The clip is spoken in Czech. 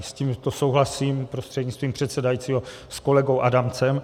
S tím souhlasím prostřednictvím předsedajícího s kolegou Adamcem.